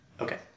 Okay